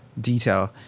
detail